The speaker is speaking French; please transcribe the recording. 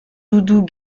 doudou